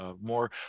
more